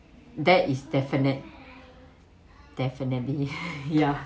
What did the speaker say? that is definite definitely ya